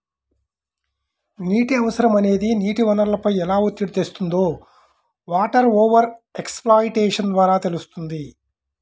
నీటి అవసరం అనేది నీటి వనరులపై ఎలా ఒత్తిడి తెస్తుందో వాటర్ ఓవర్ ఎక్స్ప్లాయిటేషన్ ద్వారా తెలుస్తుంది